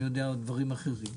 אני יודע עוד דברים אחרים.